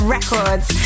Records